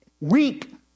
weak